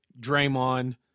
Draymond